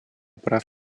прав